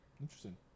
Interesting